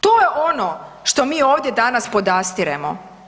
To je ono što mi ovdje danas podastiremo.